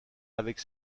avec